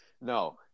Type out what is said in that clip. No